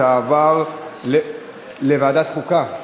לוועדת החוקה,